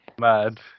Mad